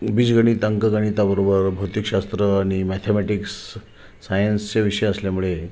बीजगणित अंकगणिताबरोबर भौतिकशास्त्र आणि मॅथेमॅटिक्स सायन्सचे विषय असल्यामुळे